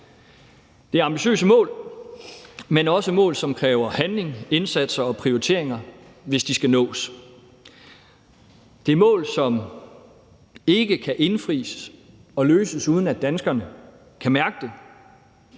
Det er ambitiøse mål, men også mål, som kræver handling, indsatser og prioriteringer, hvis de skal nås. Det er mål, som ikke kan indfries og løses, uden at danskerne kan mærke det.